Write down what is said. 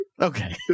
okay